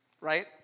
right